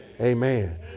Amen